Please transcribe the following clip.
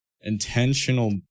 intentional